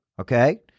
okay